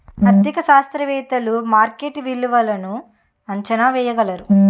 ఆర్థిక శాస్త్రవేత్తలు మార్కెట్ విలువలను అంచనా వేయగలరు